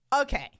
Okay